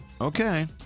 Okay